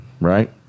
Right